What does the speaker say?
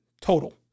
total